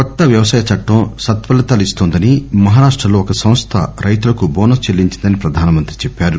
కొత్త వ్యవసాయచట్టం సత్పలితాలు ఇస్తోందని మహారాష్టలో ఒక సంస్థ రైతులకు బోనస్ చెల్లించిందని ప్రధానమంత్రి చెప్పారు